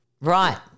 Right